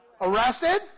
Arrested